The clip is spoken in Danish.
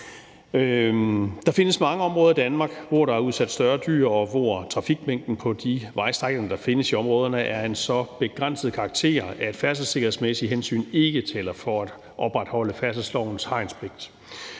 Der findes mange områder i Danmark, hvor der er udsat større dyr, og hvor trafikmængden på de vejstrækninger, der findes i områderne, er af en så begrænset karakter, at færdselssikkerhedsmæssige hensyn ikke taler for at opretholde færdselslovens hegnspligt